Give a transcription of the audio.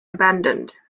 abandoned